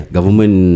Government